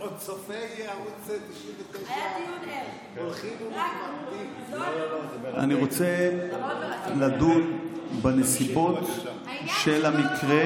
צופי ערוץ 99 הולכים ומתמעטים --- אני רוצה לדון בנסיבות של המקרה